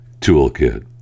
toolkit